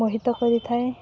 ମୋହିତ କରିଥାଏ